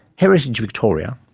heritage victoria,